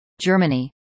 Germany